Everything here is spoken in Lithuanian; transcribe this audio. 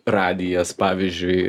radijas pavyzdžiui